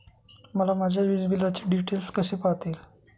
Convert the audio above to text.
मला माझ्या वीजबिलाचे डिटेल्स कसे पाहता येतील?